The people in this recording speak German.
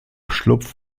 schlupf